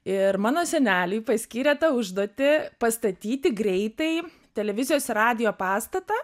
ir mano seneliui paskyrė tą užduotį pastatyti greitai televizijos ir radijo pastatą